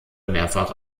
mehrfach